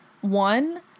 one